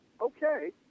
okay